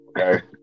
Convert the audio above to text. Okay